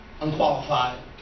unqualified